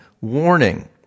warning